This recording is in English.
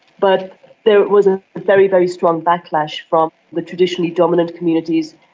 but there was a very, very strong backlash from the traditionally dominant communities,